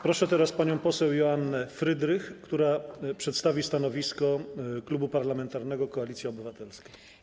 Proszę panią poseł Joannę Frydrych, która przedstawi stanowisko Klubu Parlamentarnego Koalicja Obywatelska.